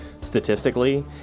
statistically